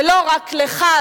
ולא רק לך,